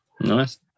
Nice